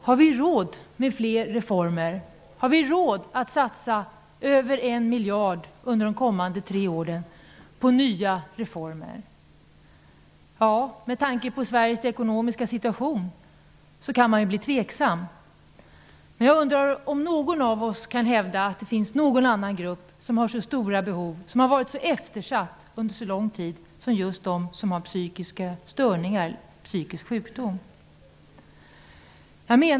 Herr talman! Har vi råd med fler reformer? Har vi råd att satsa över en miljard under de kommande tre åren på nya reformer? Med tanke på Sveriges ekonomiska situation kan man bli tveksam. Men jag undrar om någon av oss kan hävda att det finns någon annan grupp som har så stora behov, som under så lång tid har varit så eftersatt som just de som har psykiska störningar eller psykisk sjukdom.